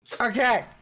Okay